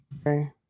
okay